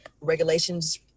regulations